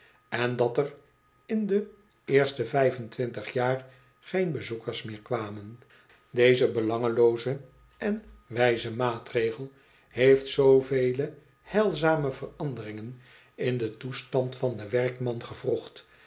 en dat er in de eerste vijf en twintig jaar geen bezoekers meer kwamen deze belangelooze en wijze maatregel heeft zoovele heilzame veranderingen in den toestand van den werkman gewrocht